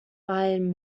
ian